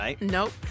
Nope